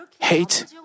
hate